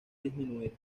disminuir